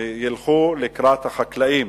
שילכו לקראת החקלאים,